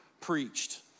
preached